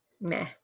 meh